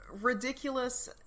ridiculous